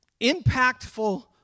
impactful